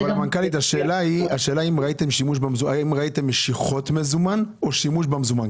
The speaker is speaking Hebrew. השאלה האם ראיתם משיכות מזומן או שימוש במזומן.